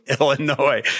Illinois